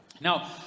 Now